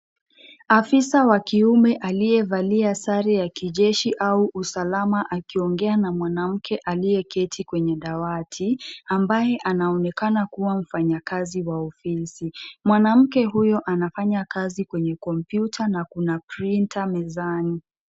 Afisa wa kiume aliyevalia sari ya kijeshi au usalama akiongea na mwanamke aliye keti kwenye dawati ambaye anaonekana kuwa mfanyakazi wa ofisi. Mwanamke huyo anafanya kazi kwenye computer na kuna printer mezani.